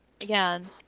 again